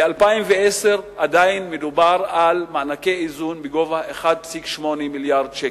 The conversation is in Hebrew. ב-2010 עדיין מדובר על מענקי איזון בגובה 1.8 מיליארד שקל.